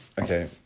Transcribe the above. Okay